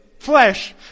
Flesh